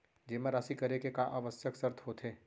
जेमा राशि करे के का आवश्यक शर्त होथे?